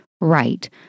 right